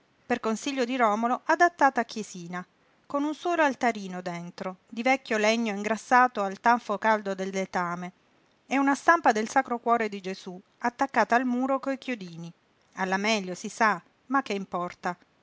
per consiglio di romolo adattata a chiesina con un solo altarino dentro di vecchio legno ingrassato al tanfo caldo del letame e una stampa del sacro cuore di gesú attaccata al muro coi chiodini alla meglio si sa ma che importa